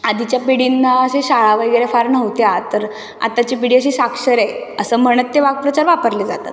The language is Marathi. आधीच्या पिढींना अशी शाळा वगैरे फार नव्हत्या तर आत्ताची पिढी अशी साक्षर आहे असं म्हणत ते वाक्प्रचार वापरले जातात